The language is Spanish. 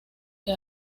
que